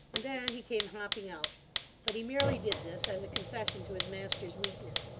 and then he came hopping out but he merely did this as a concession to his master's weakness,